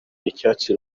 icyatsi